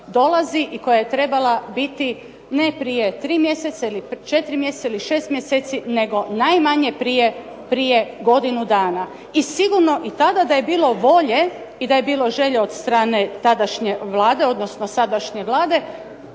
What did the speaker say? dolazi i koja je trebala biti ne prije tri mjeseca, četiri mjeseca ili šest mjeseci nego najmanje prije godinu dana. I sigurno i tada da je bilo volje i da je bilo želje od strane tadašnje Vlade odnosno sadašnje Vlade